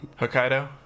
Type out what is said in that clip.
Hokkaido